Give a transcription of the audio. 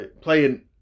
Playing